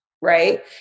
right